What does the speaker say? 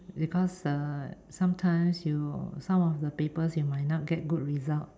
because err sometimes you some of the papers you might not get good result